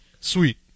Sweet